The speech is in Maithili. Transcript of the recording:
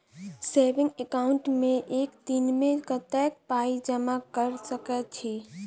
सेविंग एकाउन्ट मे एक दिनमे कतेक पाई जमा कऽ सकैत छी?